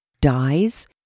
dies